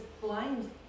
blind